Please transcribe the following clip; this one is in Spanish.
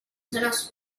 zonas